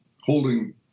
holding